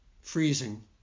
freezing